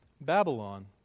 Babylon